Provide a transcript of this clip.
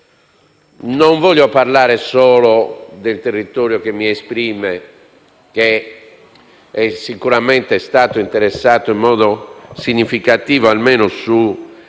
Non voglio parlare solo del territorio che mi esprime, che è sicuramente stato interessato in modo significativo almeno da